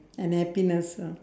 and happiness lah